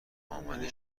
امنه